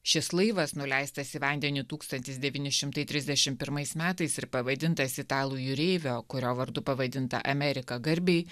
šis laivas nuleistas į vandenį tūkstantis devyni šimtai trisdešimt pirmais metais ir pavadintas italų jūreivio kurio vardu pavadinta amerika garbei